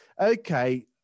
okay